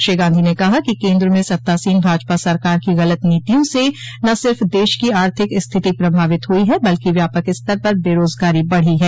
श्री गांधी ने कहा कि केन्द्र में सत्तासीन भाजपा सरकार की गलत नीतियों से न सिर्फ़ देश की आर्थिक स्थिति प्रभावित हुई है बल्कि व्यापक स्तर पर बेरोजगारी बढ़ी है